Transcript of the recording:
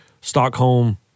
Stockholm